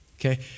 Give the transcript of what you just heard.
okay